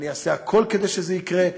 אני אעשה הכול כדי שזה יקרה,